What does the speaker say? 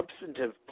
substantive